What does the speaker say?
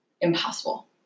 impossible